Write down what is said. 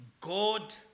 God